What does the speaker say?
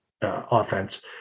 offense